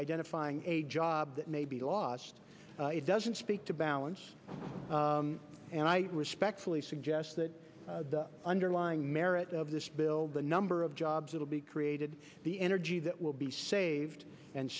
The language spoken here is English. identifying a job that may be lost it doesn't speak to balance and i respectfully suggest that the underlying merit of this bill the number of jobs will be created the energy that will be saved and